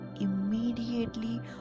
immediately